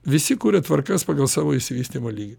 visi kuria tvarkas pagal savo išsivystymo lygį